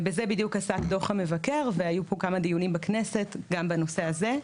ובזה בדיוק עסק דוח המבקר והיו פה כמה דיונים בכנסת גם בנושא הזה.